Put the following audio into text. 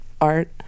art